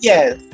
Yes